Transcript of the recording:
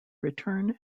return